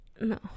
No